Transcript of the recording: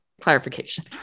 clarification